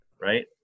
right